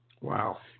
Wow